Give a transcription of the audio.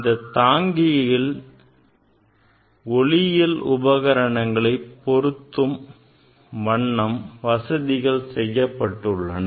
இந்தத் தாங்கிகளில் ஒளியியல் உபகரணங்களை பொருத்தும் வண்ணம் வசதிகள் செய்யப்பட்டுள்ளன